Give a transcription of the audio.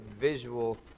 visual